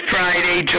Friday